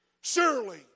Surely